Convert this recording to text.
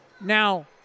Now